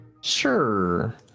Sure